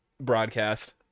broadcast